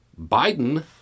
Biden